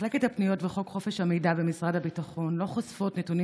מחלקת הפניות וחוק חופש המידע במשרד הביטחון לא חושפת נתונים